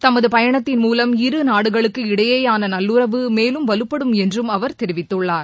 தமது பயணத்தின் மூலம் இருநாடுகளுக்கு இடையேயான நல்லுறவு மேலும் வலுப்படும் என்று அவர் தெரிவித்துள்ளார்